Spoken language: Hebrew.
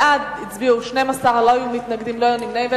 12 הצביעו בעד, לא היו מתנגדים, לא היו נמנעים.